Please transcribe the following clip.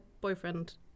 boyfriend